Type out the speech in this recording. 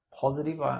positive